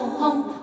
home